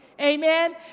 Amen